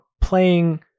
playing